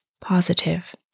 positive